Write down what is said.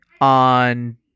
on